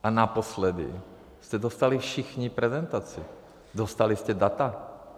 A naposledy jste dostali všichni prezentaci, dostali jste data.